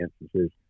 instances